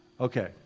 Okay